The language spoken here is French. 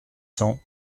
cents